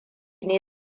ne